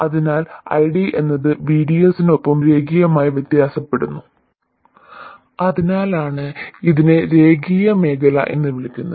അതിനാൽ ID എന്നത് VDS നൊപ്പം രേഖീയമായി വ്യത്യാസപ്പെടുന്നു അതിനാലാണ് ഇതിനെ രേഖീയ മേഖല എന്ന് വിളിക്കുന്നത്